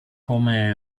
come